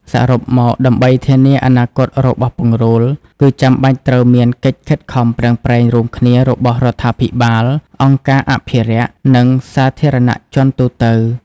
សរុបមកដើម្បីធានាអនាគតរបស់ពង្រូល គឺចាំបាច់ត្រូវមានកិច្ចខិតខំប្រឹងប្រែងរួមគ្នារបស់រដ្ឋាភិបាល អង្គការអភិរក្ស និងសាធារណជនទូទៅ។